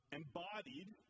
embodied